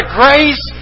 grace